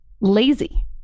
lazy